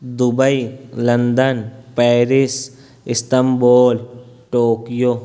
Dubai London Paris Istanbul Tokyo